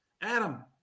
Adam –